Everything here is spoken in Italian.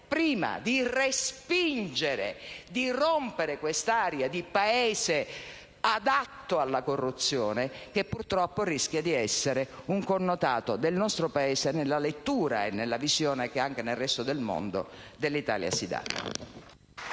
prima, di respingere, di rompere questa aria di Paese adatto alla corruzione, che purtroppo rischia di essere un connotato del nostro Paese, nella lettura e nella visione che, anche nel resto del mondo, dell'Italia si dà.